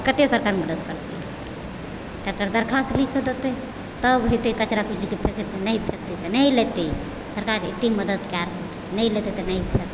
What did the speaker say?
कते सरकार मदद करतइ तकर दरखास्त लिख कऽ देतय तऽ कचरा फुचराके नहि फेकत तऽ नहि लेतय सरकार आते मदद कए रहल छै नहि लेतय तऽ नहि फेकतइ